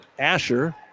Asher